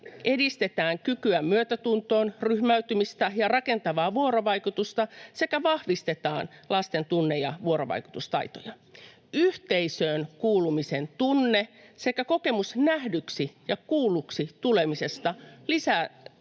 edistetään kykyä myötätuntoon, ryhmäytymistä ja rakentavaa vuorovaikutusta sekä vahvistetaan lasten tunne- ja vuorovaikutustaitoja. Yhteisöön kuulumisen tunne sekä kokemus nähdyksi ja kuulluksi tulemisesta lisäävät